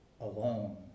alone